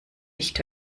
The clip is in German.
nicht